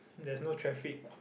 there's no traffic